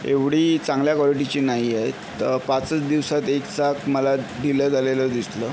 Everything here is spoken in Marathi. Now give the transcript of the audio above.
एवढी चांगल्या क्वॉलिटीची नाही आहेत पाचच दिवसात एक चाक मला ढिलं झालेलं दिसलं